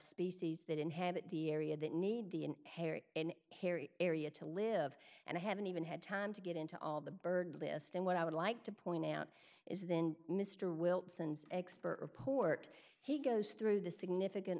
species that inhabit the area that need the hairy hairy area to live and i haven't even had time to get into all the bird list and what i would like to point out is then mr wilson's expert report he goes through the significant